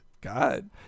God